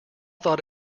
thought